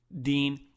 Dean